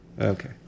Okay